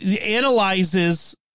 analyzes